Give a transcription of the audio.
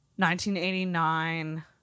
1989